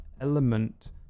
element